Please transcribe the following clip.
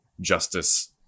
justice